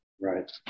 Right